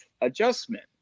adjustment